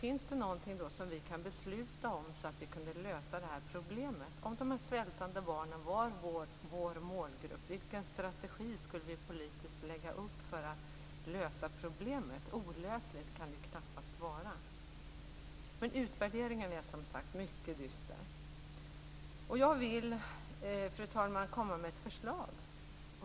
Finns det något beslut vi kan fatta som gör att det här problemet kan lösas? Om de svältande barnen vore vår målgrupp, vilken strategi skulle vi då politiskt lägga upp för att lösa problemet? Olösligt kan det ju knappast vara. Utvärderingen är som sagt mycket dyster. Jag vill, fru talman, komma med ett förslag.